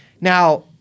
Now